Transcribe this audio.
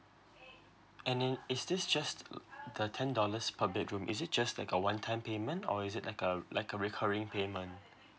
and in is this just uh the ten dollars per bedroom is it just like a one time payment or is it like a like a recurring payment